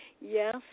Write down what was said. Yes